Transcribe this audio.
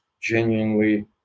genuinely